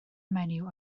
menyw